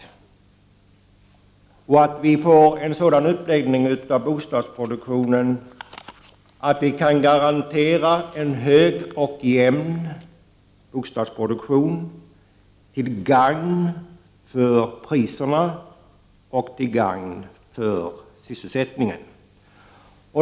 Bostadsproduktionen måste få en sådan uppläggning att vi kan garantera en hög och jämn bostadsproduktion, till gagn för priserna och till gagn för sysselsättningen.